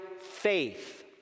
faith